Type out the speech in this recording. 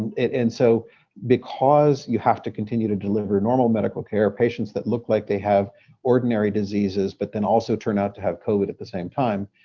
and so because you have to continue to deliver normal medical care of patients that look like they have ordinary diseases but then also turn out to have covid at the same time,